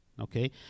okay